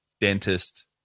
dentist –